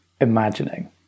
imagining